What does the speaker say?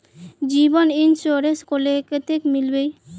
जीवन इंश्योरेंस करले कतेक मिलबे ई?